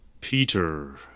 Peter